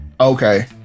okay